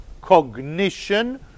cognition